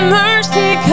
mercy